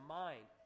mind